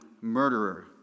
murderer